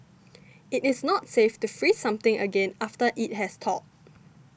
it is not safe to freeze something again after it has thawed